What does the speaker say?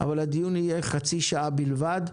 אבל הדיון יהיה חצי שעה בלבד.